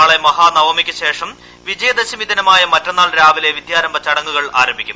നാളെ മഹാനവമിക്കുശേഷം വിജയദശമി ദിനമായ മറ്റന്നാൾ രാവിലെ വിദ്യാരംഭ ചടങ്ങുകൾ ആരംഭിക്കും